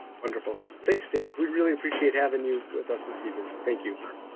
wonderful. thanks, dave. we really appreciate having you with us this evening. so thank you. sure.